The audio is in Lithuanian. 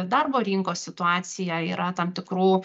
darbo rinkos situacija yra tam tikrų